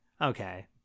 Okay